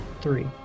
three